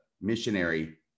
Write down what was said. missionary